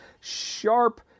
Sharp-